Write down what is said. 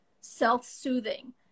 self-soothing